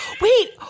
wait